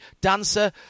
dancer